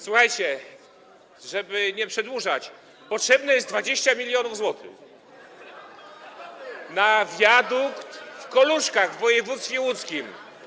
Słuchajcie, żeby nie przedłużać, potrzebne jest 20 mln zł na wiadukt w Koluszkach w województwie łódzkim.